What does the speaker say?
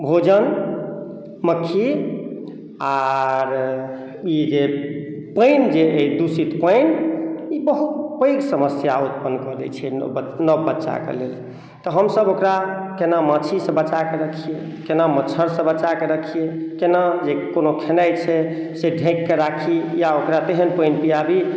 भोजन मक्खी आर ई जे पानि जे अछि दूषित पानि ई बहुत पैघ समस्या उत्पन्न कऽ दै छै नव बच्चा कऽ लेल तऽ हमसब ओकरा केना माछीसँ बचा कऽ रखियै केना मच्छरसँ बचा कऽ रखियै केना जे कओनो खेनाइ छै से ढकि कऽ राखि या ओकरा केहन पानि पिआबी